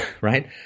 Right